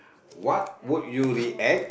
what would you react